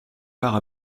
part